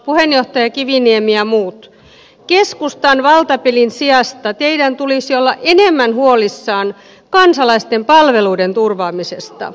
puheenjohtaja kiviniemi ja muut keskustan valtapelin sijasta teidän tulisi olla enemmän huolissanne kansalaisten palveluiden turvaamisesta